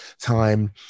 time